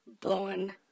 blowing